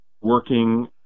working